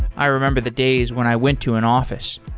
i remember the days when i went to an office.